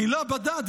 המילה בדד,